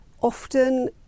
often